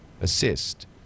assist